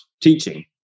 teaching